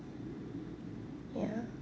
ya